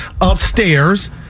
upstairs